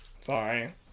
Sorry